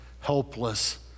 helpless